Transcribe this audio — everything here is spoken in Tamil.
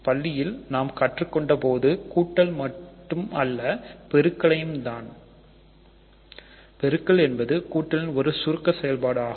பள்ளியில் நாம் கற்றுக்கொண்டது கூட்டல் மட்டும் அல்ல பெருக்களையும் தான் பெருக்கல் என்பது கூட்டலின் ஒரு சுருக்க செயல்பாடுஆகும்